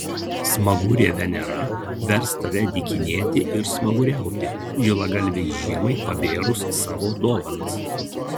smagurė venera vers tave dykinėti ir smaguriauti žilagalvei žiemai pabėrus savo dovanas